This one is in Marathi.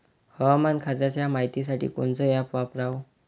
हवामान खात्याच्या मायतीसाठी कोनचं ॲप वापराव?